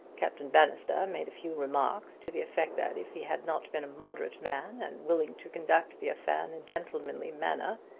captain bannister made a few remarks to the effect that if he had not been a moderate man, and willing to conduct the affair in a gentlemanly manner,